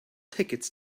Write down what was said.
tickets